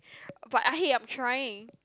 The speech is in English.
but ah hey I'm trying